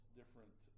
different